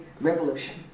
revolution